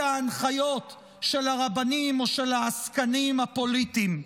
ההנחיות של הרבנים או של העסקנים הפוליטיים.